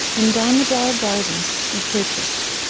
and damodar gardens were purchased.